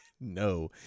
no